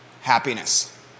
happiness